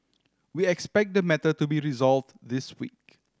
we expect the matter to be resolved this week